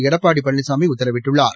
எடப்பாடி பழனிசாமி உத்தரவிட்டுள்ளார்